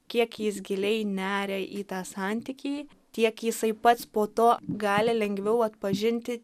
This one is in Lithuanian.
kiek jis giliai neria į tą santykį tiek jisai pats po to gali lengviau atpažinti